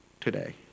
today